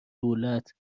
دولت